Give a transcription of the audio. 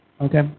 Okay